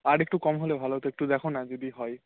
আর একটু কম হলে ভালো হত একটু দেখো না যদি হয়